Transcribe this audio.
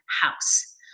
house